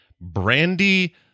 Brandy